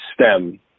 stem